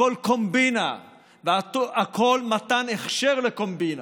הכול קומבינה והכול מתן הכשר לקומבינה.